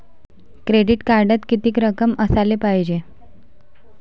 Credit कार्डात कितीक रक्कम असाले पायजे?